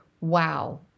Wow